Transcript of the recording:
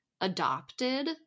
adopted